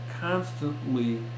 constantly